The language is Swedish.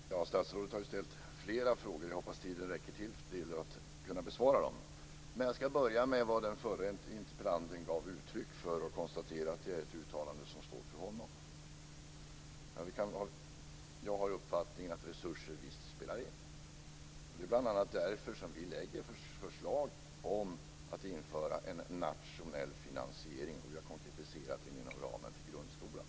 Fru talman! Statsrådet har ställt flera frågor. Jag hoppas att tiden räcker till för att kunna besvara dem. Jag ska börja med vad den förre interpellanten gav uttryck för, och jag konstaterar att det är ett uttalande som står för honom. Jag har uppfattningen att resurser visst spelar in. Det är bl.a. därför vi lägger fram förslag om att införa en nationell finansiering, som vi har konkretiserat inom ramen för grundskolan.